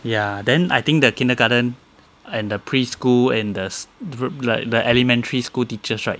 ya then I think the kindergarten and the preschool in the like the elementary school teachers right